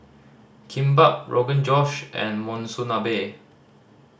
Kimbap Rogan Josh and Monsunabe